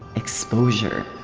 exposure!